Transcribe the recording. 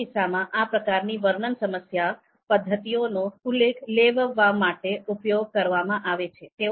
આવા કિસ્સામાં આ પ્રકારની વર્ણન સમસ્યા પદ્ધતિઓનો ઉકેલ લાવવા માટે ઉપયોગ કરવામાં આવે છે